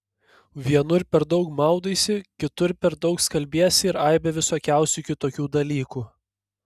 vienur per daug maudaisi kitur per daug skalbiesi ir aibę visokiausių kitokių dalykų